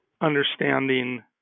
understanding